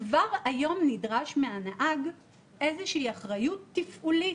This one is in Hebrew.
כבר היום נדרשת מהנהג אחריות תפעולית.